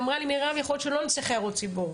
והיא אמרה לי שיכול להיות שלא נצטרך הערות ציבור.